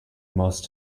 most